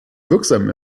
wirksam